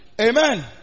Amen